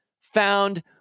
Found